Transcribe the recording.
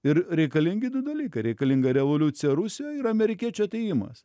ir reikalingi du dalykai reikalinga revoliucija rusijoj ir amerikiečių atėjimas